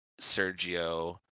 Sergio